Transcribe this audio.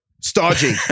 Stodgy